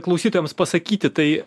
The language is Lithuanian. klausytojams pasakyti tai